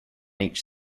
each